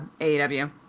AEW